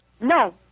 No